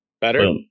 better